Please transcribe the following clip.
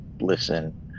listen